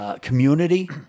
community